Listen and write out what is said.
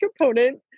component